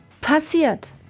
passiert